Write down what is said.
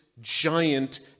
giant